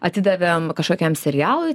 atidavėm kažkokiam serialui